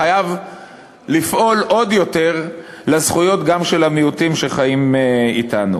חייב לפעול עוד יותר למען הזכויות גם של המיעוטים שחיים אתנו.